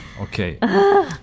Okay